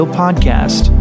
podcast